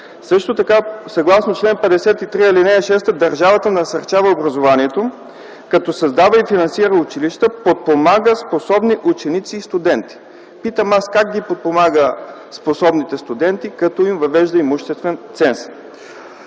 Също така съгласно чл. 53, ал. 6: „Държавата насърчава образованието, като създава и финансира училища, подпомага способни ученици и студенти”. Питам аз: как подпомага способните студенти, като им въвежда имуществен ценз?